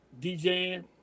DJing